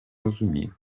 розумію